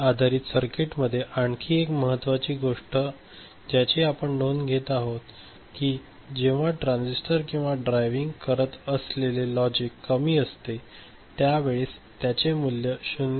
आधारित सर्किटमध्ये आणखी एक महत्वाची गोष्ट ज्याची आपण नोंद घेत आहोत की जेव्हा ट्रान्झिस्टर किंवा ड्रायव्हिंग करत असलेले लॉजिक कमी असते त्यावेळेस त्याचे मूल्य 0